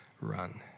run